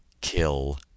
kill